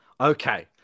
okay